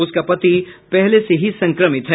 उसका पति पहले से ही संक्रमित है